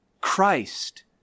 Christ